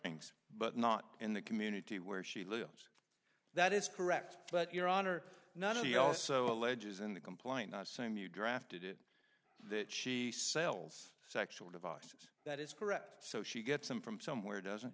thanks but not in the community where she lives that is correct but your honor none of you also alleges in the complaint same you drafted it that she sells sexual devices that is correct so she gets them from somewhere doesn't